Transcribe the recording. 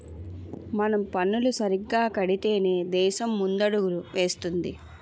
మనం పన్నులు సరిగ్గా కడితేనే దేశం ముందడుగులు వేస్తుంది